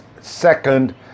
second